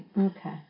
Okay